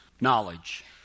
knowledge